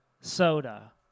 soda